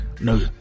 No